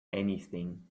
anything